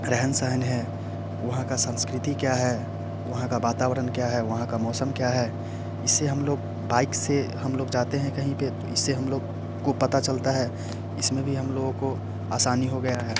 रहन सहन है वहाँ की संस्कृति क्या है वहाँ का वातावरण क्या है वहाँ का मौसम क्या है इससे हम लोग बाइक से हम लोग जाते हैं कहीं पर तो इससे हम लोग को पता चलता है इस में भी हम लोगों को आसानी हो गया है